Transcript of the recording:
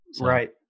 Right